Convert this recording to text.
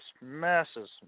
masses